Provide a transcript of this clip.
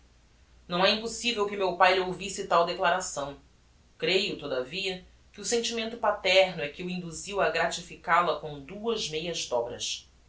não é impossivel que meu pae lhe ouvisse tal declaração creio todavia que o sentimento paterno é que o induziu a gratifical a com duas meias dobras